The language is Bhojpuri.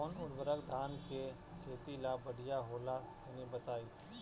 कौन उर्वरक धान के खेती ला बढ़िया होला तनी बताई?